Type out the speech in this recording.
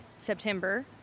September